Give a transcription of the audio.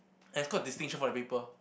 and scored distinction for the paper